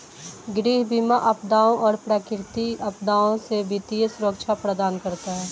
गृह बीमा आपदाओं और प्राकृतिक आपदाओं से वित्तीय सुरक्षा प्रदान करता है